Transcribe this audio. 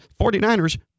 49ers